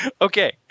Okay